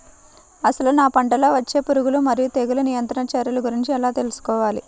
అసలు నా పంటలో వచ్చే పురుగులు మరియు తెగులుల నియంత్రణ చర్యల గురించి ఎలా తెలుసుకోవాలి?